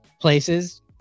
places